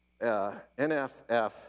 NFF